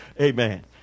Amen